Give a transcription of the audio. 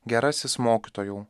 gerasis mokytojau